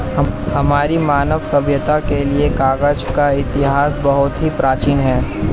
हमारी मानव सभ्यता के लिए कागज का इतिहास बहुत ही प्राचीन है